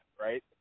right